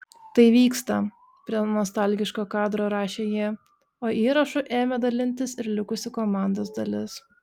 tai vyksta prie nostalgiško kadro rašė jie o įrašu ėmė dalintis ir likusi komandos dalis